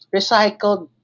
Recycled